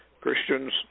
Christians